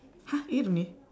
!huh! eight only